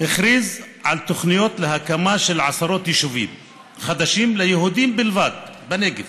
הכריז על תוכניות להקמה של עשרות יישובים חדשים ליהודים בלבד בנגב,